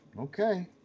Okay